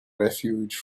refuge